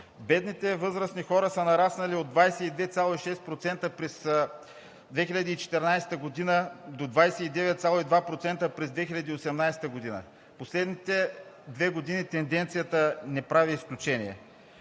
Бедните възрастни хора са нараснали от 22,6% през 2014 г. до 29,2% през 2018 г., а в последните две години тенденцията не прави изключение.